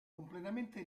completamente